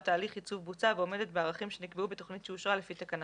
תהליך ייצוב בוצה ועומדת בערכים שנקבעו בתוכנית שאושרה לפי תקנה